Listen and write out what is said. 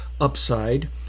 upside